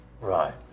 Right